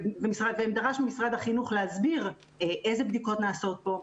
ודרשה ממשרד החינוך להסביר איזה בדיקות נעשות פה,